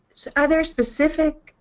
are there specific